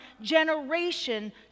generation